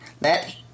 Let